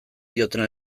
dioten